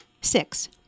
Six